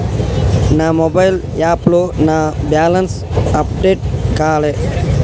నా మొబైల్ యాప్లో నా బ్యాలెన్స్ అప్డేట్ కాలే